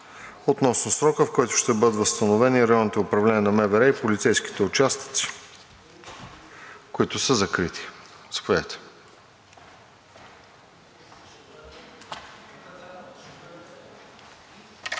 относно срока, в който ще бъдат възстановени районните управления на МВР и полицейските участъци, които са закрити. Заповядайте.